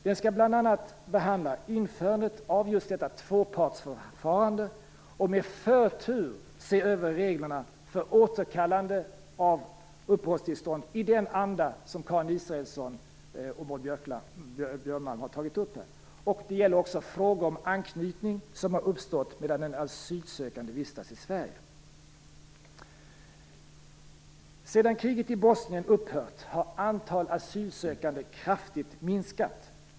Den skall bl.a. behandla införandet av just detta tvåpartsförfarande, och med förtur se över reglerna för återkallande av uppehållstillstånd i den anda som Karin Israelsson och Maud Björnemalm har tagit upp här. Det gäller också frågor om anknytning som har uppstått medan den asylsökande har vistats i Sverige. Sedan kriget i Bosnien upphört, har antalet asylsökande kraftigt minskat.